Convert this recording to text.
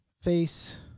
face